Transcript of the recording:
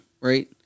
right